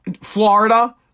Florida